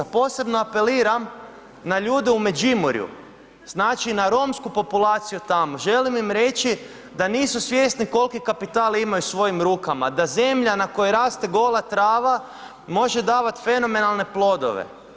Posebno apeliram ljude u Međimurju, znači na romsku populaciju tamo, želim im reći da nisu svjesni koliki kapital imaju u svojim rukama, da zemlja na kojoj raste gola trava može davat fenomenalne plodove.